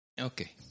Okay